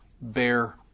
bear